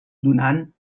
donant